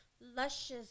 luscious